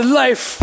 life